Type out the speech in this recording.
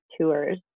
tours